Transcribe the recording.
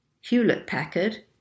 Hewlett-Packard